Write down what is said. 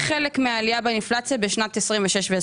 לא התמודדנו עם הפיל הענקי שבחדר - רשות מקרקעי ישראל ששילשה